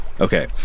Okay